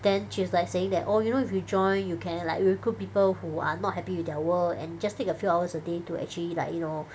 then she was like saying that oh you know if you join you can like recruit people who are not happy with their work and just take a few hours a day to actually like you know